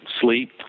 sleep